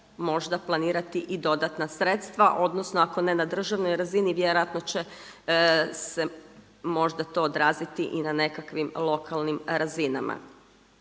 možda planirati i dodatna sredstva, odnosno ako ne na državnoj razini vjerojatno će se možda to odraziti i na nekakvim lokalnim razinama.